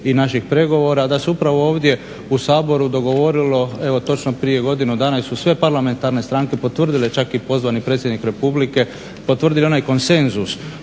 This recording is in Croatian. i naših pregovora, da se upravo ovdje u Saboru dogovorilo evo točno prije godinu dana su sve parlamentarne stranke potvrdile, čak i pozvani predsjednik Republike, potvrdile onaj konsenzus